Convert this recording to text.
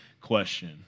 question